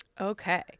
Okay